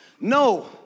No